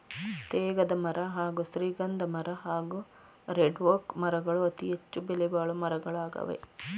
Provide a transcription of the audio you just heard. ತೇಗದಮರ ಹಾಗೂ ಶ್ರೀಗಂಧಮರ ಹಾಗೂ ರೆಡ್ಒಕ್ ಮರಗಳು ಅತಿಹೆಚ್ಚು ಬೆಲೆಬಾಳೊ ಮರಗಳಾಗವೆ